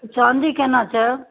चाँदी केना छै